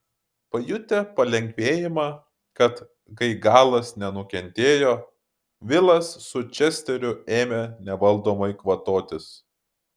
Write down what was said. pajutę palengvėjimą kad gaigalas nenukentėjo vilas su česteriu ėmė nevaldomai kvatotis